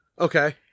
Okay